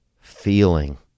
feeling